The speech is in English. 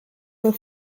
were